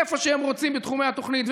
איפה שהם רוצים בתחומי התוכנית,